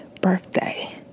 birthday